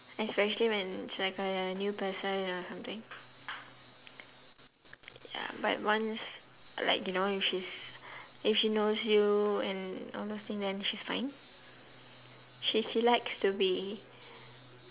especially when it's like a new person or something ya but once like you know if she's if she knows you and all those thing then she's fine she she likes to be